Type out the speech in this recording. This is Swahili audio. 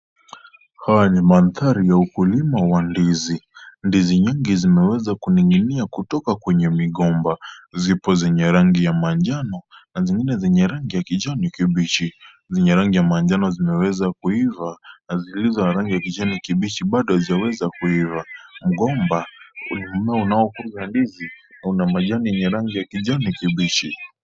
Haya ni mandhari ya ukulima wa ndizi , ndizi nyingi zimeweza kininginia kutoka kwenye migomba zipo zenye rangi ya manjano na zingine zenye rangi ya kijani kibichi zenye rangi ya manjano zimeweza kuiva na zilizo na rangi ya kijani kibichi bado hazijaweza kuiva , mgomba una mmea unaokuza ndizi una majani yenye rangi ya kijani kibichi.